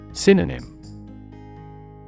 Synonym –